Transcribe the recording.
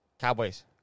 Cowboys